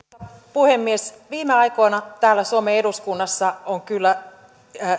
puhemies viime aikoina täällä suomen eduskunnassa on ollut kyllä